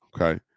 Okay